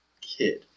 kid